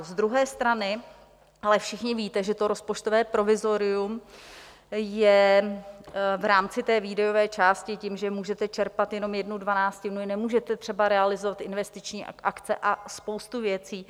Z druhé strany ale všichni víte, že to rozpočtové provizorium je v rámci té výdajové části tím, že můžete čerpat jenom jednu dvanáctinu, nemůžete třeba realizovat investiční akce a spoustu věcí.